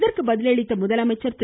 இதற்கு பதிலளித்த முதலமைச்சர் திரு